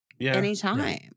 Anytime